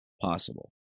possible